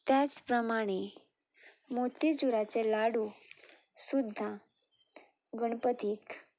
त्याच प्रमाणे मोतीचुराचे लाडू सुद्दां गणपतीक